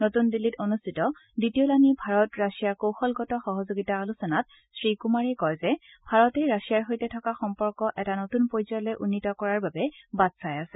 নতুন দিল্লীত অনুষ্ঠিত দ্বিতীয়লানি ভাৰত ৰাছিয়া কৌশলগত সহযোগিতা আলোচনাত শ্ৰীকুমাৰে কয় যে ভাৰতে ৰাছিয়াৰ সৈতে থকা সম্পৰ্ক এটা নতুন পৰ্যায়লৈ উন্নীত কৰাৰ বাবে বাট চাই আছে